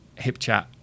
HipChat